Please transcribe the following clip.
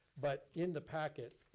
but in the packet,